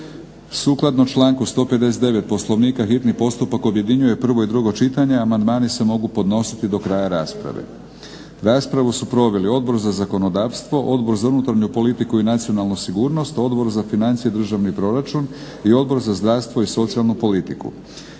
Sukladno članku 159. Poslovnika hitni postupak objedinjuje prvo i drugo čitanje, amandmani se mogu podnositi do kraja rasprave. Raspravu su proveli Odbor za zakonodavstvo, Odbor za unutarnju politiku i nacionalnu sigurnost, Odbor za financije i državni proračun i Odbor za zdravstvo i socijalnu politiku.